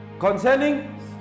Concerning